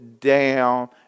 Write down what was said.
down